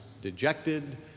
dejected